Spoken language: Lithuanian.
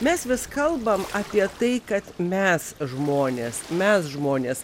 mes vis kalbam apie tai kad mes žmonės mes žmonės